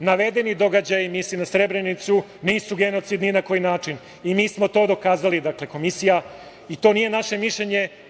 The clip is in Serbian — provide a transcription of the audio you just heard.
Navedeni događaji nisu genocid ni na koji način.“ Mi smo to dokazali, dakle komisija, to nije naše mišljenje.